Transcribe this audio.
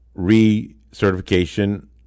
recertification